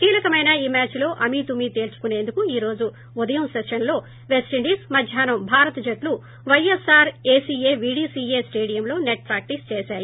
కీలకమైన ఈ మ్యాద్ లో అమీ తుమీ తేల్చుకునేందుకు ఈ రోజు ఉదయం సెషన్ లో వెస్టిండీస్ మధ్యాహ్నం భారత్ జట్లు వైఎస్పార్ ఏసీఏ వీడీసీఏ స్టడియంలో నెట్ ప్రాక్టీస్ చేశాయి